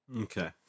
Okay